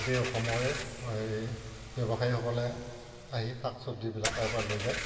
গোটেই অসমৰে এই ব্যৱসায়ীসকলে আহি শাক চব্জিবিলাক তাৰপৰা লৈ যায়